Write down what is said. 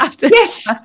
Yes